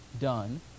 done